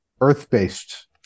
earth-based